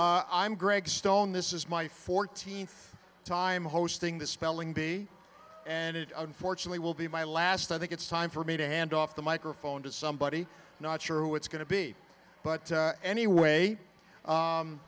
with i'm greg stone this is my fourteenth time hosting the spelling bee and it unfortunately will be my last i think it's time for me to hand off the microphone to somebody not sure who it's going to be but anyway